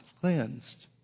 cleansed